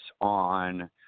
on